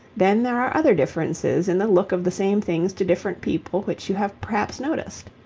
then there are other differences in the look of the same things to different people which you have perhaps noticed.